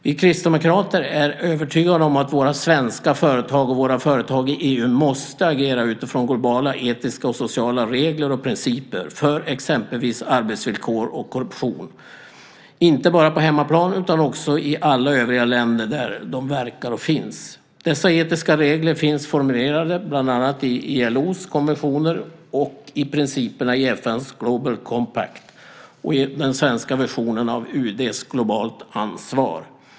Vi kristdemokrater är övertygade om att våra svenska företag och våra företag i EU måste agera utifrån globala etiska och sociala regler och principer för exempelvis arbetsvillkoren och korruptionen. Det gäller inte bara på hemmaplan utan i alla länder där de verkar och finns. Dessa etiska regler finns formulerade bland annat i ILO:s konventioner, i principerna för FN:s Global Compact och i den svenska versionen av UD:s Globalt ansvar.